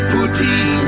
Putin